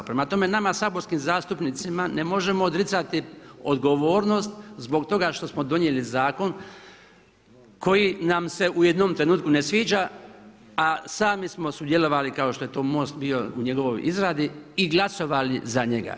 Prema tome, nama saborskim zastupnicima ne možemo odricati odgovornost zbog toga što smo donijeli zakon koji nam se u jednom trenutku ne sviđa, a sami smo sudjelovali kao što je to MOST bio u njegovoj izradi i glasovali za njega.